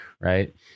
right